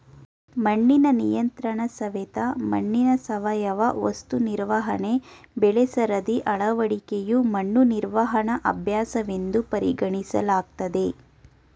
ಮಣ್ಣಿನ ನಿಯಂತ್ರಣಸವೆತ ಮಣ್ಣಿನ ಸಾವಯವ ವಸ್ತು ನಿರ್ವಹಣೆ ಬೆಳೆಸರದಿ ಅಳವಡಿಕೆಯು ಮಣ್ಣು ನಿರ್ವಹಣಾ ಅಭ್ಯಾಸವೆಂದು ಪರಿಗಣಿಸಲಾಗ್ತದೆ